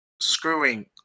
screwing